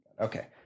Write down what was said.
Okay